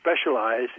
specialize